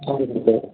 और बताओ